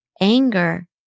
anger